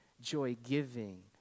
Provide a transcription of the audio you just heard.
joy-giving